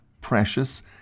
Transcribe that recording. precious